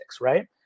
right